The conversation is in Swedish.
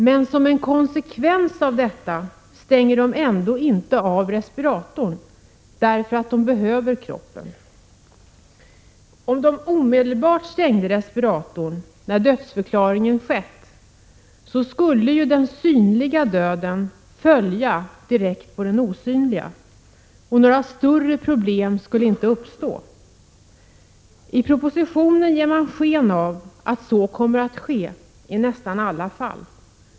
Men som en konsekvens av detta stänger de ändå inte av respiratorn, därför att de behöver kroppen för transplantationer. Om de omedelbart stängde av respiratorn när dödförklaringen skett, så skulle ju den synliga döden följa direkt på den osynliga och några större problem skulle inte uppstå. I propositionen ger man sken av att så kommer att ske i nästan alla fall.